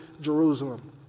Jerusalem